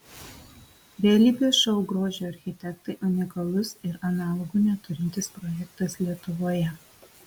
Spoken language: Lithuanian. realybės šou grožio architektai unikalus ir analogų neturintis projektas lietuvoje